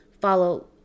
follow